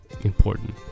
important